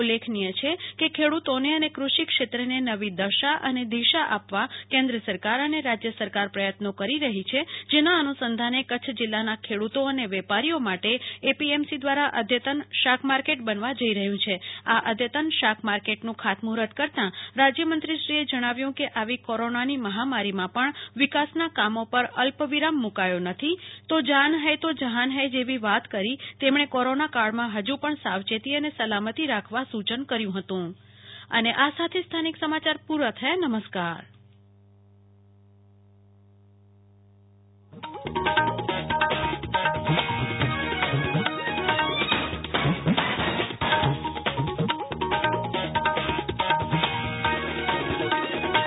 ઉલ્લેખનીય છે કે ખેડૂતોને અને કૃષિક્ષેત્રને નવી દશા અને દિશા આપવા કેન્દ્ર સરકાર અને રાજય સરકાર પ્રયત્નો કરી રહી છે જેના અનુસંધાને કચ્છ જિલ્લાના ખેડૂતો અને વેપારીઓ માટે એપીએમસી દ્વારા અધતન શાકમાર્કેટ બનવા જઇ રહયું છે આ અધતન શાકમાર્કેટનું ખાતમૂ હુર્ત કરતાં રાજયમંત્રીશ્રીએ જણાવ્યું કે આવી કોરોનાની મહામારીમાં પણ વિકાસના કામો પર અલ્પવિરામ મૂ કાયો નથી તો જાન હૈ તો જહાન હૈ જેવી વાત કરી તેમણે કોરોનાકાળમાં હજુ પણ સાવચેતી અને સલામતી રાખવા સૂ ચન કર્યુ હતું કલ્પના શાહ